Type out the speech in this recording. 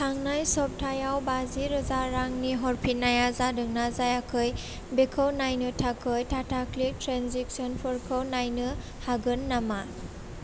थांनाय सप्तायाव बाजिरोजा रांनि हरफिन्नाया जादोंना जायाखै बेखौ नायनो थाखाय टाटा क्लिक ट्रेन्जेकसनफोरखौ नायनो हागोन नामा